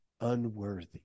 unworthy